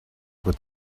would